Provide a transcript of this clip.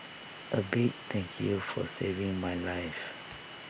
A big thank you for saving my life